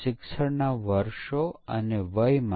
પરીક્ષણની કિંમત ખૂબ વધશે